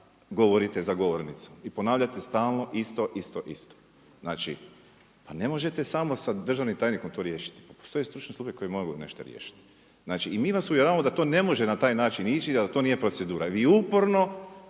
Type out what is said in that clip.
govorite za govornicom i ponavljate stalno isto isto isto. Znači, pa ne možete samo sa državnim tajnikom to riješiti. Postoje stručne službe koje mogu nešto riješiti. Znači i mi vas uvjeravamo da to ne može na taj način ići i da to nije procedura. I vi uporno